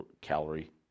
calorie